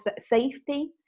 safety